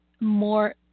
more